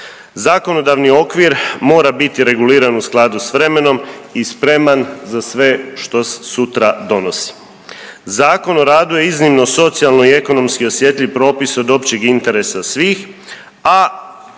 Zakonodavni okvir mora biti reguliran u skladu s vremenom i spreman za sve što sutra donosi. Zakon o radu je iznimno socijalno i ekonomski osjetljiv propis od općeg interesa svih, a